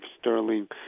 sterling